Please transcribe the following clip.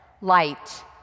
light